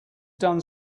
done